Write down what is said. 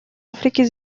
африки